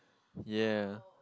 ya